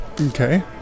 Okay